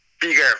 bigger